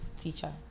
teacher